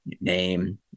name